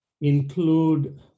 include